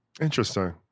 Interesting